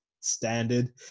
standard